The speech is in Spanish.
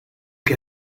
qué